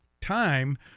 time